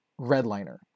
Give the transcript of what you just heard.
Redliner